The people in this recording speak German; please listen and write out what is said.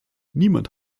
niemand